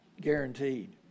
guaranteed